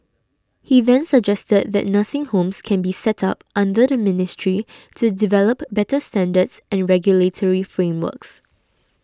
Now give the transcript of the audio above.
he then suggested that nursing homes can be set up under the ministry to develop better standards and regulatory frameworks